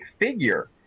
figure